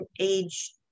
age